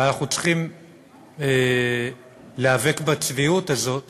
ואנחנו צריכים להיאבק בצביעות הזאת